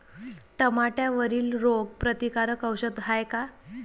टमाट्यावरील रोग प्रतीकारक औषध हाये का?